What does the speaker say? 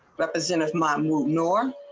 but as in miamuh norm.